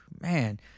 man